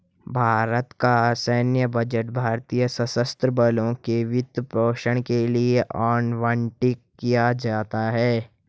भारत का सैन्य बजट भारतीय सशस्त्र बलों के वित्त पोषण के लिए आवंटित किया जाता है